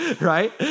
Right